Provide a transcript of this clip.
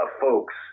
folks